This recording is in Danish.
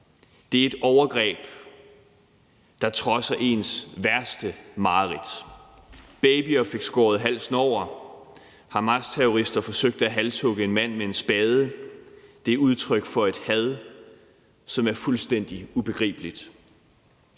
Det er et overgreb, der trodser ens værste mareridt. Babyer fik skåret halsen over. Hamasterrorister forsøgte at halshugge en mand med en spade. Det er udtryk for et had, som er fuldstændig ubegribeligt.